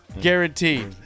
guaranteed